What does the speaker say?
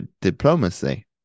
diplomacy